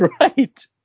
right